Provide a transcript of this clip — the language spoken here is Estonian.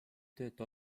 tööta